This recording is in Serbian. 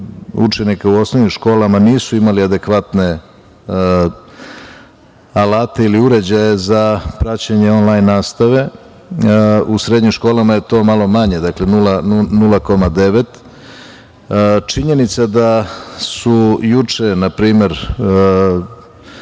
učenika u osnovnim školama nisu imali adekvatne alate ili uređaje za praćenje onlajn nastave. U srednjim školama je to malo manje, dakle 0,9%.Činjenica da je juče, na primer,